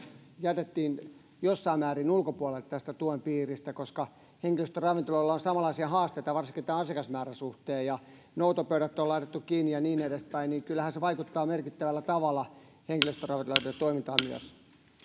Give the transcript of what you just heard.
jätettiin jossain määrin ulkopuolelle tästä tuen piiristä koska henkilöstöravintoloilla on samanlaisia haasteita varsinkin tämän asiakasmäärän suhteen ja kun noutopöydät on laitettu kiinni ja niin edespäin niin kyllähän myös se vaikuttaa merkittävällä tavalla henkilöstöravintoloitten toimintaan